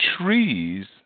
trees